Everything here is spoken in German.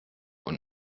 und